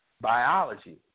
biology